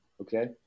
Okay